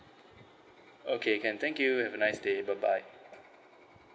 okay can thank you have a nice day bye bye